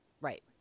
right